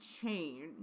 change